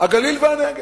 הגליל והנגב.